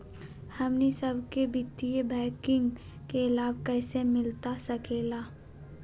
हमनी सबके वित्तीय बैंकिंग के लाभ कैसे मिलता सके ला?